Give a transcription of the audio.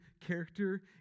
character